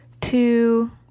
two